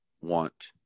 want